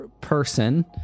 person